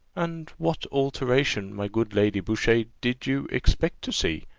and what alteration, my good lady boucher, did you expect to see?